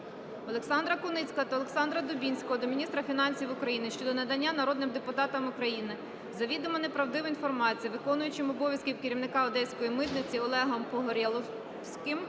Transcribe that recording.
Олександра Куницького та Олександра Дубінського до міністра фінансів України щодо надання народним депутатам України завідомо неправдивої інформації виконуючим обов'язків керівника Одеської митниці Олегом Погореловським